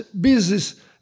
business